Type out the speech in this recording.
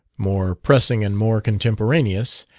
more pressing and more contemporaneous,